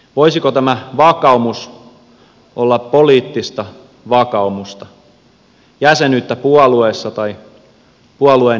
voisiko tämä vakaumus olla poliittista vakaumusta jäsenyyttä puolueessa tai puolueen kannattamista